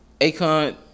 Akon